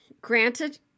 granted